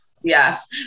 Yes